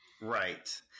Right